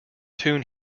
tune